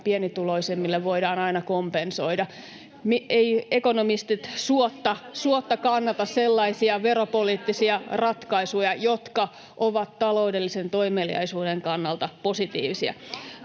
pienituloisimmille voidaan aina kompensoida. Eivät ekonomistit suotta kannata sellaisia veropoliittisia ratkaisuja, jotka ovat taloudellisen toimeliaisuuden kannalta positiivisia.